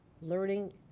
learning